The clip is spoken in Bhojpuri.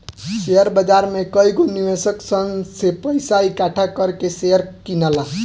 शेयर बाजार में कएगो निवेशक सन से पइसा इकठ्ठा कर के शेयर किनला